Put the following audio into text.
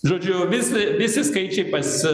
žodžiu visi visi skaičiai pas